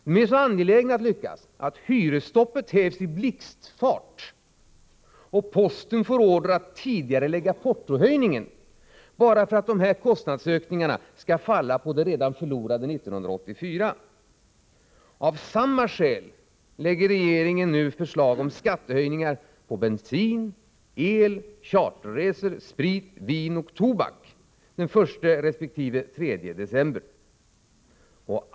Den är så angelägen att hyresstoppet hävs i blixtfart och posten får order att tidigarelägga portohöjningen, för att dessa kostnadsökningar skall falla på det redan förlorade 1984. Av samma skäl lägger regeringen nu fram förslag om skattehöjningar på bensin, el, charterresor, sprit, vin och tobak den 1 resp. 3 december.